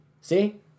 See